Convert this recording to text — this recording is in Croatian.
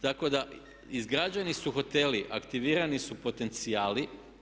Tako da izgrađeni su hoteli, aktivirani su potencijali.